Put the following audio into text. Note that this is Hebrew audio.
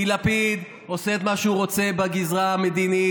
כי לפיד עושה את מה שהוא רוצה בגזרה המדינית,